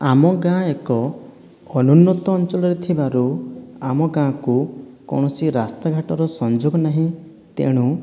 ଆମ ଗାଁ ଏକ ଅନୁନ୍ନତ ଅଞ୍ଚଳରେ ଥିବାରୁ ଆମ ଗାଁକୁ କୌଣସି ରାସ୍ତାଘାଟର ସଂଯୋଗ ନାହିଁ ତେଣୁ